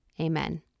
Amen